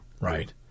Right